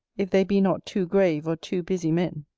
if they be not too grave or too busy men.